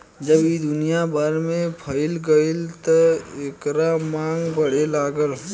जब ई दुनिया भर में फइल गईल त एकर मांग बढ़े लागल